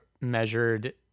measured